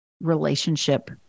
relationship